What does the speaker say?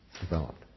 developed